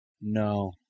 No